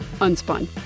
Unspun